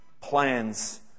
plans